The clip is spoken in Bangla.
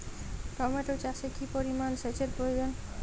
টমেটো চাষে কি পরিমান সেচের প্রয়োজন?